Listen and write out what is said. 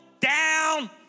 down